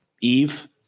Eve